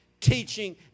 teaching